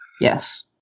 Yes